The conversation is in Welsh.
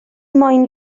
moyn